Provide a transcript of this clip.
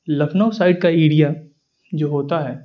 Lucknow side کا area جو ہوتا ہے